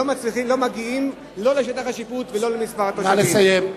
לא מגיעים לא לשטח השיפוט ולא למספר התושבים של ירושלים.